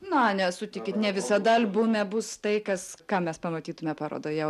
na ne sutikit ne visada albume bus tai kas ką mes pamatytume parodoje